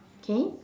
okay